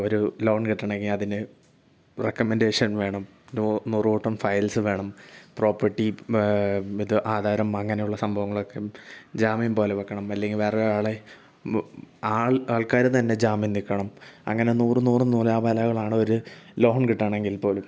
ഒരു ലോൺ കിട്ടണമെങ്കിൽ അതിന് റെക്കമെൻറ്റേഷൻ വേണം നൂ നൂറുകൂട്ടം ഫയൽസ് വേണം പ്രോപ്പർട്ടി ഇത് ആധാരം വേണം അങ്ങനെയുള്ള സംഭവങ്ങളൊക്കെ ജാമ്യം പോലെ വയ്ക്കണം അല്ലെങ്കിൽ വേറേ ഒരാളെ ആൾ ആൾക്കാർ തന്നെ ജാമ്യം നിൽക്കണം അങ്ങനെ നൂറ് നൂറ് നൂലാമാലകളാണ് ഒരു ലോൺ കിട്ടണമെങ്കിൽ പോലും